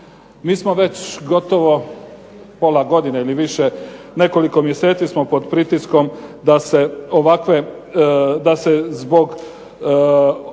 Mi smo već gotovo pola godine ili više, nekoliko mjeseci smo pod pritiskom da se zbog obveza